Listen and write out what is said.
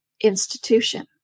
institution